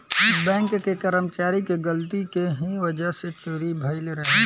bank के कर्मचारी के गलती के ही वजह से चोरी भईल रहे